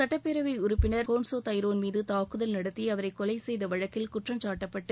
சுட்டப்பேரவை உறுப்பினர் கோன் ஸா தைரோன் மீது தாக்குதல் நடத்தி அவரை கொலை செய்த வழக்கில் குற்றம்சாட்டப்பட்டு